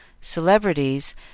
celebrities